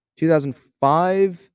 2005